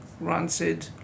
rancid